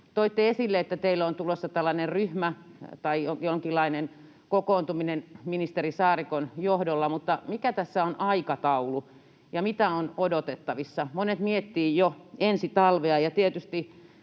Toitte esille, että teille on tulossa tällainen ryhmä tai jonkinlainen kokoontuminen ministeri Saarikon johdolla, mutta mikä tässä on aikataulu ja mitä on odotettavissa? Monet miettivät jo ensi talvea.